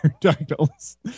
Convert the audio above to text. titles